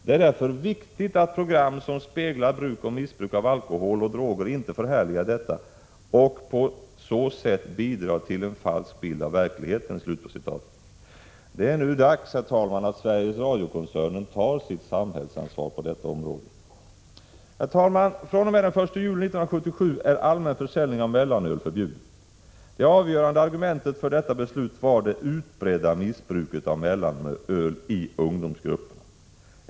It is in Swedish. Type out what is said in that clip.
Det är därför viktigt att program som speglar bruk och missbruk av alkohol och droger inte förhärligar detta och på så sätt bidrar till en falsk bild av verkligheten.” Det är nu dags att Sveriges Radio-koncernen tar sitt samhällsansvar på detta område. Herr talman! fr.o.m. den 1 juli 1977 är allmän försäljning av mellanöl förbjuden. Det avgörande argumentet för detta beslut var det utbredda missbruket av mellanöl i ungdomsgrupperna.